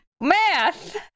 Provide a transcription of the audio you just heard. Math